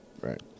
right